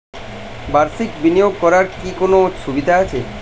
বাষির্ক বিনিয়োগ করার কি কোনো সুবিধা আছে?